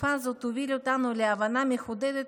שהתקופה הזאת תוביל אותנו להבנה המחודדת